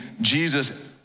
Jesus